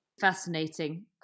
fascinating